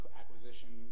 acquisition